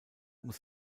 muss